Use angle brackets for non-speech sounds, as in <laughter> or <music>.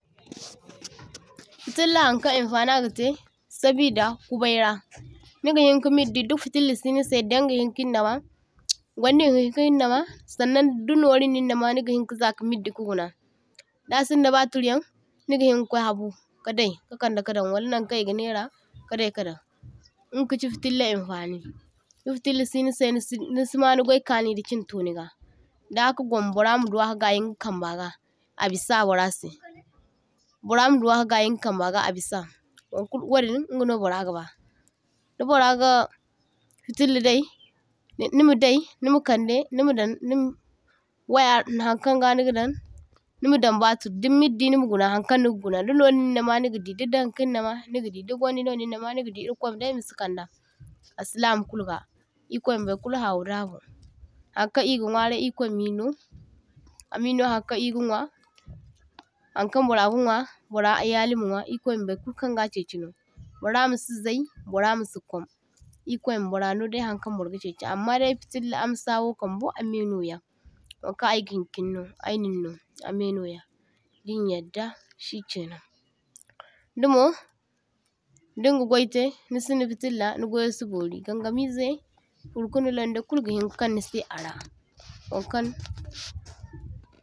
<noise> toh – toh Fitilla Haŋkaŋ anfani agatai sabida kubayra, nigahinka middi di fitilla si’nisai daŋ gahinkin nama, gwaŋdi gihinkin nama saŋnaŋ da nori nin nama nigahin ka zaka middi ku guna, dasinda baturyaŋ nigihin ka kwai habu kadai ka kaŋda kadaŋ walnaŋkaŋ i’ga naira kadai kadaŋ, inga kachi fitilla hinfani. Di fitilla si nisai nisi nisi ma nigwai kani da chinto niga, dan haka gwamma burra ma duwa ka gayi inga kamba ga, abisa burra sai burra ma duwa ka gayi inga kambaga abisa, wankulu wadin ingano burra ga ba. Da burra ga fitilla dai nima dai nima kandai nima dan nima waya haŋkaŋ ga nigadaŋ nimadaŋ batur din middi nima guna hankaŋ niga guna di nori nin nama nigadi, di daŋ kinnama nigadi, da gwaŋdino ninnama nigadi, irkwai dai masi kaŋda assalama kuluga ir’kwai mabaikulu hawu dabu, haŋkaŋ e’go nwaray ir’kwai mino amino haŋkaŋ i’ga nwa haŋkaŋ burra ga nwa burra e’yali ma nwa, ir’kwai ma baykulu kaŋga chaichi no burra masi zay burra masi kwam, Ir’kwai ma burra nodai haŋkaŋ burga chaichi, amma dai fitilla amsa wo kambo amai noya, waŋkaŋ ay gahin kinno aynin no, amai noya dinyarda shikainaŋ, dimo dinga gwaitai nisinda fitilla ni gwayo si bori gaŋga mizai furkunda lundayaŋ kulu gahinka kaŋ nisai ara waŋkaŋ.